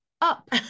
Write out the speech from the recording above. up